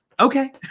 Okay